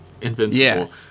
Invincible